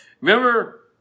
Remember